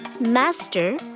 Master